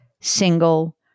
single